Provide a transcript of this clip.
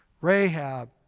Rahab